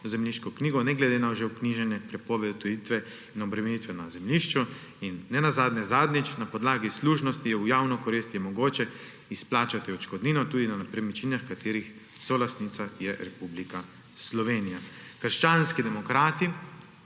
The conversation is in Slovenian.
zemljiško knjigo ne glede na že vknjiženo prepoved odtujitve in obremenitve na zemljišču. In zadnjič, na podlagi služnosti v javno korist je mogoče izplačati odškodnino tudi na nepremičninah, katerih solastnica je Republika Slovenija. Krščanski demokrati